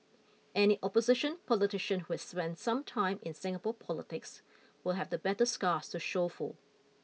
any opposition politician who has spent some time in Singapore politics will have the battle scars to show for